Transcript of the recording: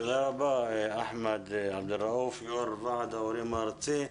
תודה רבה אחמד, יושב ראש ועד ההורים הארצי.